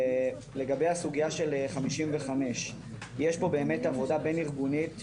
לגבי סוגיה של 55, יש פה באמת עבודה בין-ארגונית,